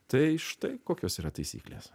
tai štai kokios yra taisyklės